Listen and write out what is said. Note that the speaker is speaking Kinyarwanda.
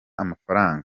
amafaranga